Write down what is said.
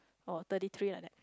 or thirty three like that